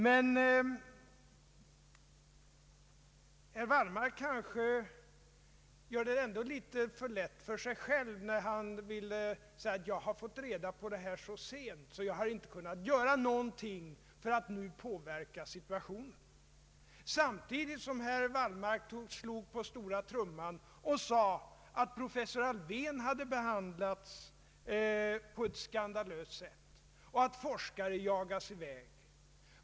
Men herr Wallmark gör det kanske ändå litet för lätt för sig själv när han vill säga att han har fått reda på detta så sent att han inte har kunnat göra någonting för att nu påverka situationen, samtidigt som herr Wallmark slår på stora trumman och säger att professor Alfvén hade behandlats på ett skandalöst sätt och att forskare jagas i väg.